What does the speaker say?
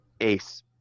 Ace